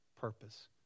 purpose